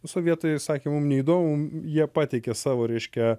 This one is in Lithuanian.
o sovietai sakė mum neįdomu jie pateikė savo reiškia